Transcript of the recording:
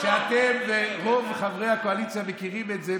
אתם ורוב חברי הקואליציה מכירים את זה,